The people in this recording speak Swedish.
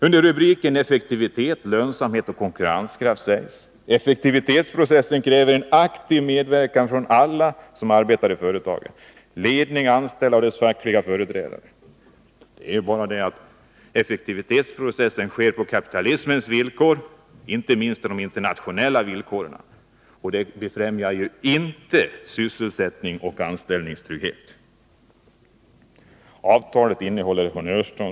Under rubriken ”Effektivitet, lönsamhet och konkurrenskraft” skriver man: ”Effektivitetsprocessen kräver en aktiv medverkan från alla som arbetar i företagen, dvs. ledning, anställda och dess fackliga företrädare.” Det är bara det att effektivitetsprocessen sker på kapitalismens villkor, inte minst på kapitalismens internationella villkor, vilket inte befrämjar sysselsättning och anställningstrygghet. Avtalet innehåller många honnörsord.